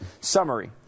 Summary